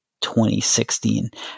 2016